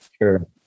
Sure